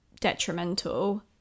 detrimental